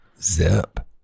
Zip